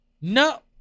No